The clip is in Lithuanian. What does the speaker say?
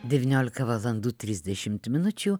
devyniolika valandų trisdešimt minučių